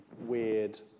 weird